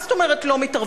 מה זאת אומרת לא מתערבים?